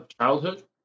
childhood